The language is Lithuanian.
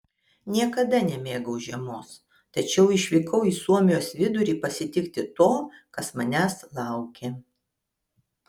niekada nemėgau žiemos tačiau išvykau į suomijos vidurį pasitikti to kas manęs laukė